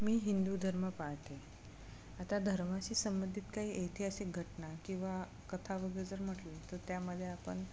मी हिंदू धर्म पाळते आता धर्माशी संबंधित काही ऐतिहासिक घटना किंवा कथा वगैरे जर म्हटले तर त्यामध्ये आपण